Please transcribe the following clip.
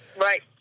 Right